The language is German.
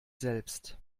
selbst